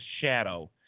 shadow